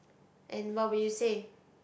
and what would you say